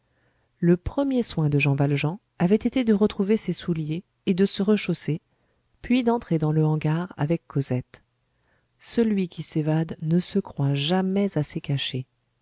le premier soin de jean valjean avait été de retrouver ses souliers et de se rechausser puis d'entrer dans le hangar avec cosette celui qui s'évade ne se croit jamais assez caché